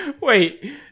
Wait